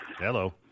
Hello